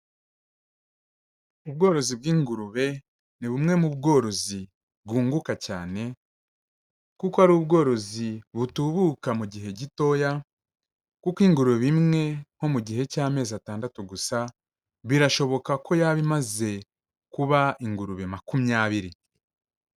Ubworozi bw'ingurube ni bumwe mu bworozi bwunguka cyane kuko ari ubworozi butubuka mu gihe gitoya, kuko ingurube imwe nko mu gihe cy'amezi atandatu gusa birashoboka ko yaba imaze kuba ingurube makumyabiri.